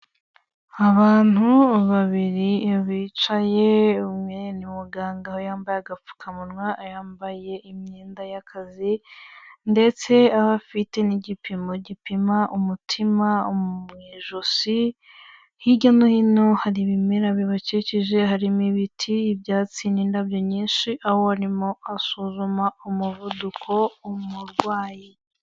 Abantu babiri bicaye umwe ni muganga aho yambaye agapfukamunwa, yambaye imyenda y'akazi ndetse aho afite n'igipimo gipima umutima mu ijosi, hirya no hino hari ibimera bibakikije harimo ibiti ibyatsi n'indabyo nyinshi, aho arimo asuzuma umuvuduko umurwayi.